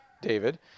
David